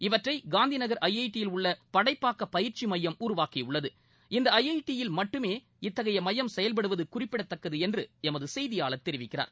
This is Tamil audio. இவற்றை காந்திநகள் ஐ ஐ டி யில் உள்ள படைப்பாக்க பயிற்சி மையம் உருவாக்கியுள்ளது இந்த ஐ ஐ டி யில் மட்டுமே இத்தகைய மையம் செயல்படுவது குறிப்பிடத்தக்கது என்று எமது செய்தியாளர் தெரிவிக்கிறார்